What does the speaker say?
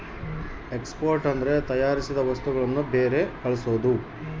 export ಅಂದ್ರೆ ತಯಾರಿಸಿದ ವಸ್ತುಗಳನ್ನು ಬೇರೆ ಕಳ್ಸೋದು